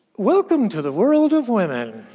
welcome to the world of women!